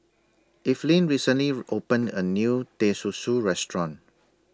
Eveline recently opened A New Teh Susu Restaurant